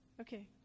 Okay